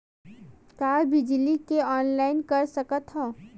का बिजली के ऑनलाइन कर सकत हव?